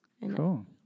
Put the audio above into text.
cool